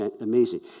amazing